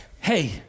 hey